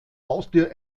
haustier